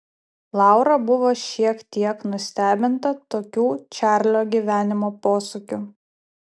laura buvo šiek tiek nustebinta tokių čarlio gyvenimo posūkių